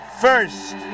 first